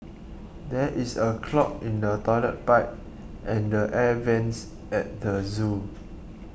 there is a clog in the Toilet Pipe and the Air Vents at the zoo